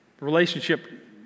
relationship